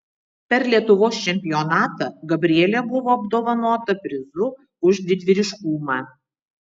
per lietuvos čempionatą gabrielė buvo apdovanota prizu už didvyriškumą